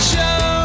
Show